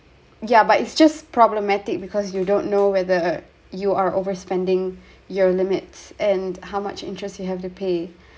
yeah but it's just problematic because you don't know whether you are overspending your limits and how much interest you have to pay